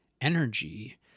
energy